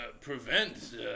prevent